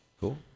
cool